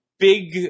Big